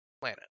planet